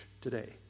today